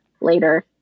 later